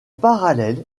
parallèle